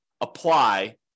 apply